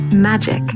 Magic